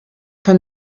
von